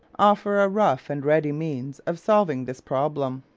offer a rough and ready means of solving this problem,